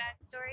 backstory